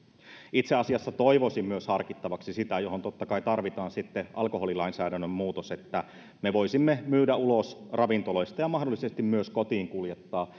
itse asiassa toivoisin harkittavaksi myös sitä mihin totta kai tarvitaan sitten alkoholilainsäädännön muutos että me voisimme myydä ulos ravintoloista ja mahdollisesti myös kotiinkuljettaa